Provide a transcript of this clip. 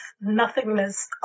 nothingness